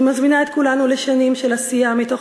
אני מזמינה את כולנו לשנים של עשייה מתוך